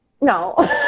No